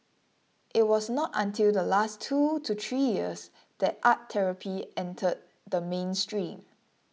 it was not until the last two to three years that art therapy entered the mainstream